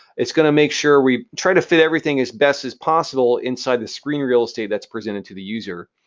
it's going to make sure we try to fit everything as best as possible inside the screen real estate that's presented to the user.